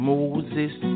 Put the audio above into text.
Moses